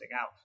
out